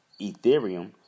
Ethereum